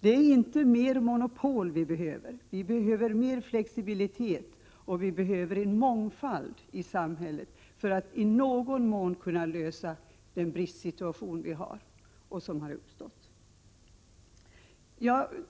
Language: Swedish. Det är inte mer monopol som behövs, utan mer flexibilitet och mångfald i samhället för att bristsituationen i någon mån skall kunna åtgärdas.